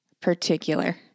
particular